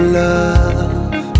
love